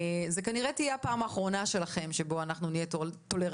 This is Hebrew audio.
זו כנראה תהיה הפעם האחרונה שלכם שבה אנחנו נהיה טולרנטיים.